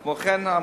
כמו כן,